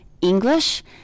English